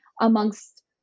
amongst